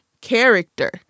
character